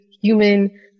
human